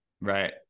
Right